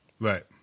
Right